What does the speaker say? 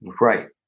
Right